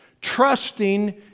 trusting